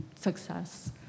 success